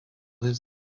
jis